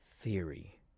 Theory